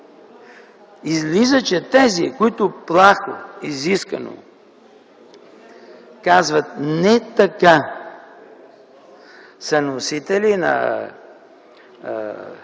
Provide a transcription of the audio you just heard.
Излиза, че тези, които плахо, изискано казват: „Не така!”, са носители на